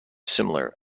similar